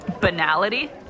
Banality